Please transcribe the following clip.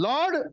Lord